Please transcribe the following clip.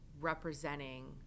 representing